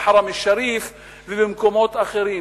אל-חרם א-שריף ובמקומות אחרים.